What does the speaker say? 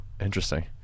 Interesting